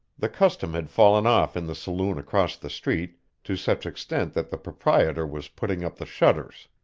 the custom had fallen off in the saloon across the street to such extent that the proprietor was putting up the shutters.